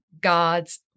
God's